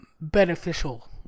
beneficial